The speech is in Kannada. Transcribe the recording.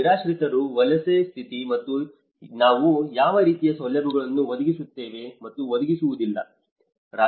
ನಿರಾಶ್ರಿತರು ವಲಸೆ ಸ್ಥಿತಿ ಮತ್ತು ನಾವು ಯಾವ ರೀತಿಯ ಸೌಲಭ್ಯಗಳನ್ನು ಒದಗಿಸುತ್ತೇವೆ ಮತ್ತು ಒದಗಿಸುವುದಿಲ್ಲ